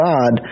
God